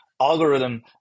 algorithm